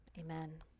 amen